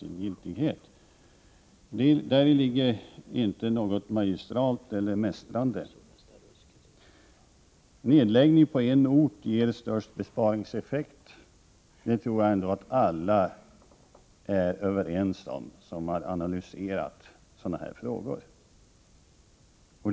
I det konstaterandet ligger inte något magistralt eller mästrande. Att nedläggning på en ort ger största besparingseffekt tror jag alla som analyserat sådana här frågor är överens om.